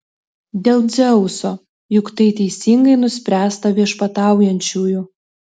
dėl dzeuso juk tai teisingai nuspręsta viešpataujančiųjų